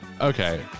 Okay